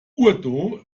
urdu